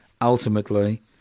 ultimately